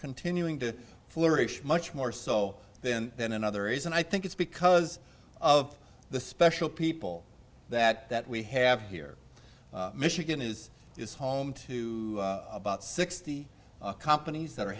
continuing to flourish much more so then than another is and i think it's because of the special people that that we have here michigan is is home to about sixty companies that are